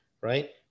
right